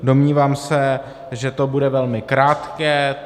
Domnívám se, že to bude velmi krátké.